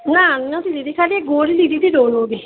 ના નથી લીધી ખાલી એક ગોળી લીધી હતી ડોલોની